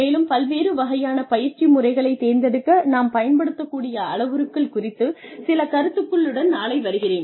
மேலும் பல்வேறு வகையான பயிற்சி முறைகளை தேர்ந்தெடுக்க நாம் பயன்படுத்தக்கூடிய அளவுருக்கள் குறித்து சில கருத்துகளுடன் நாளை வருகிறேன்